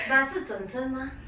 but 是整身吗